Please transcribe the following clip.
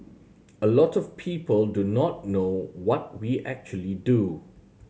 a lot of people do not know what we actually do